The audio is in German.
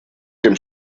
dem